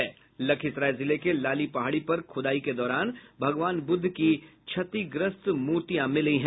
लखीसराय जिले के लाली पहाड़ी पर खुदाई के दौरान भगवान बुद्ध की क्षतिग्रस्त मूर्तियां मिली है